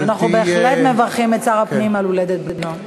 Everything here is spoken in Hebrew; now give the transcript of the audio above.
צריך לברך את שר הפנים על הולדת בנו.